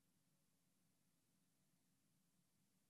חבר